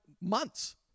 months